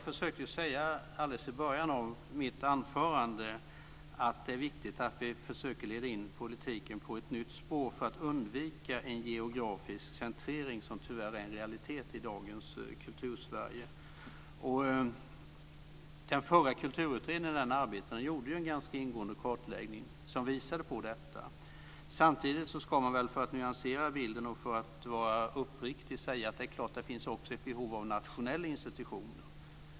Fru talman! I början av mitt anförande sade jag att det är viktigt att vi försöker leda in politiken på ett nytt spår för att undvika en geografisk centrering, vilket tyvärr är en realitet i dagens Kultur-Sverige. Den förra kulturutredningen gjorde ju en ganska ingående kartläggning som visade på detta. För att nyansera bilden och för att vara uppriktig ska man väl samtidigt säga att det är klart att det också finns ett behov av nationella institutioner.